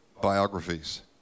biographies